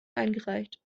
eingereicht